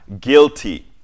Guilty